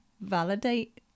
validate